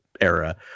era